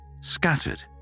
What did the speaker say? scattered